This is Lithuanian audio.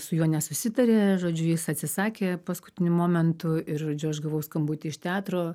su juo nesusitarė žodžiu jis atsisakė paskutiniu momentu ir žodžiu aš gavau skambutį iš teatro